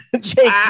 Jake